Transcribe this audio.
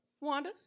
Wanda